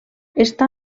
està